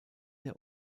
der